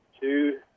Two